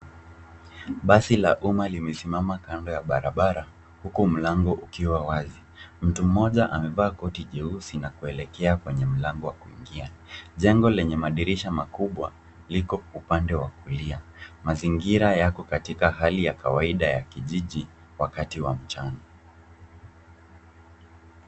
Basi la umma limesimama kando ya barabara huku mlango ukiwa wazi. Mtu mmoja amevaa koti jeusi na kuelekea kwenye mlango wa kuingia. Jengo lenye madirisha makubwa liko upande wa kulia. Mazingira yako katika hali ya kawaida ya kijiji wakati wa mchana.